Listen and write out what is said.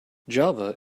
java